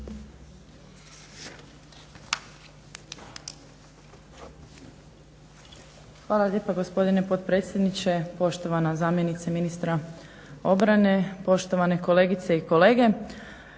Hvala lijepa gospodine potpredsjedniče, poštovana zamjenice ministra obrane, poštovane kolegice i kolege.